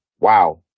wow